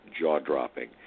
jaw-dropping